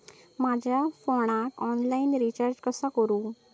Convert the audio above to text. माझ्या फोनाक online recharge कसा करू?